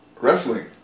Wrestling